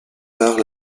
tard